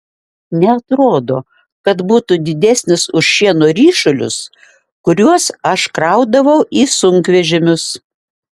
neatrodo kad būtų didesnis už šieno ryšulius kuriuos aš kraudavau į sunkvežimius